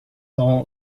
all